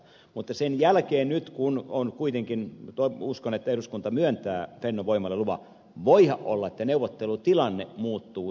mutta sen jälkeen kun nyt kuitenkin uskon että eduskunta myöntää fennovoimalle luvan voihan olla että neuvottelutilanne muuttuu